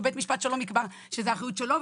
ובית משפט שלום יקבע שזו אחריות שלו,